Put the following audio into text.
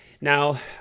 Now